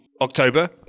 October